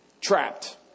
trapped